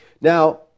Now